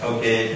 Okay